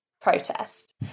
protest